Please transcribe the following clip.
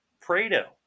Prado